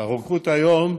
הרוקחות היום,